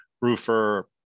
roofer